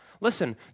Listen